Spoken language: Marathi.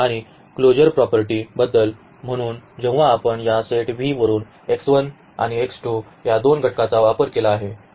आणि क्लोजर प्रॉपर्टीबद्दल म्हणून जेव्हा आपण या सेट V वरून आणि या दोन घटकांचा वापर केला आहे